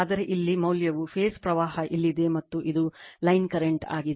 ಆದರೆ ಇಲ್ಲಿ ಮೌಲ್ಯವು ಫೇಸ್ ಪ್ರವಾಹ ಇಲ್ಲಿದೆ ಮತ್ತು ಇದು ಲೈನ್ ಕರೆಂಟ್ ಆಗಿದೆ